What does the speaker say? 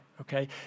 Okay